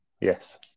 Yes